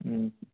ꯎꯝ